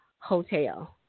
hotel